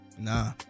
Nah